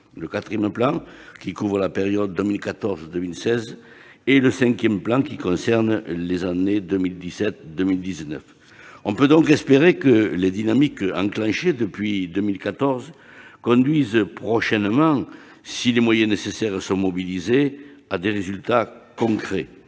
le quatrième plan, qui couvre la période 2014-2016, et le cinquième plan, qui concerne les années 2017-2019. On peut donc espérer que les dynamiques enclenchées depuis 2014 conduisent prochainement, si les moyens nécessaires sont mobilisés, à des résultats concrets.